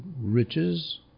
riches